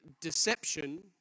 deception